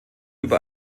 über